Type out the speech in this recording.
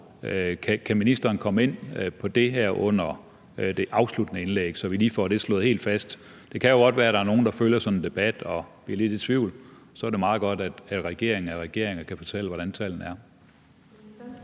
Kan ministeren komme ind på det her under det afsluttende indlæg, så vi lige får det slået helt fast? Det kan jo godt være, der er nogen, der følger sådan en debat og bliver lidt i tvivl, og så er det meget godt, at regeringen er regeringen og kan fortælle, hvad tallene er.